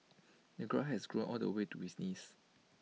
the grass had grown all the way to his knees